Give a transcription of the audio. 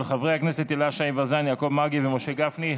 של חברי הכנסת הילה שי וזאן, יעקב מרגי ומשה גפני.